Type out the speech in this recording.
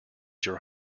your